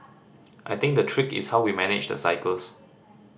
I think the trick is how we manage the cycles